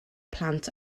plant